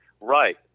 right